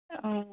औ